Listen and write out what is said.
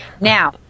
now